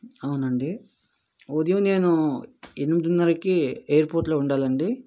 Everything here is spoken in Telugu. అవునండి ఉదయం నేను ఎనిమిదినర్రకి ఎయిర్పోర్ట్లో ఉండాలి అండి